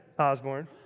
Osborne